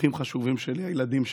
אורחים חשובים שלי, הילדים שלי.